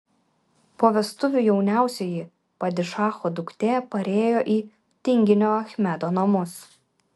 po vestuvių jauniausioji padišacho duktė parėjo į tinginio achmedo namus